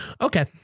Okay